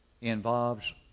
involves